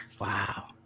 Wow